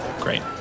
great